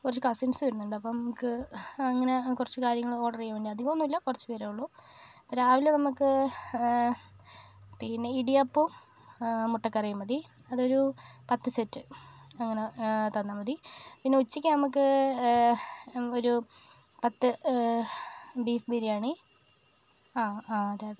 കുറച്ച് കസിൻസ് വരുന്നുണ്ട് അപ്പം നമുക്ക് അങ്ങനെ കുറച്ച് കാര്യങ്ങൾ ഓഡറ് ചെയ്യാൻ വേണ്ടി അധികം ഒന്നുമില്ല കുറച്ച് പേരെ ഉള്ളു രാവിലെ നമുക്ക് പിന്നെ ഇടിയപ്പവും മുട്ട കറിയും മതി അത് ഒരു പത്ത് സെറ്റ് അങ്ങനെ തന്നാൽ മതി പിന്നെ ഉച്ചയ്ക്ക് നമുക്ക് ഒരു പത്ത് ബീഫ് ബിരിയാണി ആ ആ അതെയതെ